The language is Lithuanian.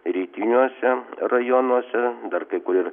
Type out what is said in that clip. rytiniuose rajonuose dar kai kur ir